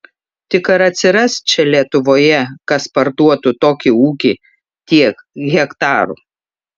tik ar atsiras čia lietuvoje kas parduotų tokį ūkį tiek hektarų